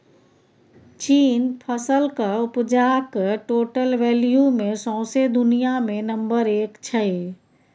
चीन फसलक उपजाक टोटल वैल्यू मे सौंसे दुनियाँ मे नंबर एक छै